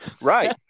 Right